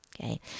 okay